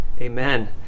Amen